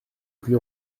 plus